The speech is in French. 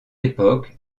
époque